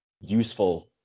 useful